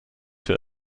für